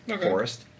Forest